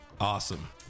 Awesome